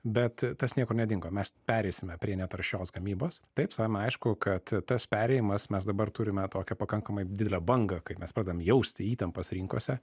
bet tas niekur nedingo mes pereisime prie netaršios gamybos taip savaime aišku kad tas perėjimas mes dabar turime tokią pakankamai didelę bangą kai mes pradedam jausti įtampas rinkose